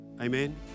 Amen